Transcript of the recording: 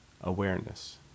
awareness